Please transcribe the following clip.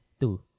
Two